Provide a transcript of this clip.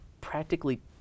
practically